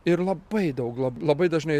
ir labai daug labai dažnai